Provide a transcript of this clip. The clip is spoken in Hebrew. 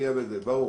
ברור.